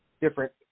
different